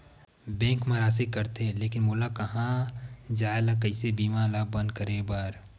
Bank मा राशि कटथे लेकिन मोला कहां जाय ला कइसे बीमा ला बंद करे बार?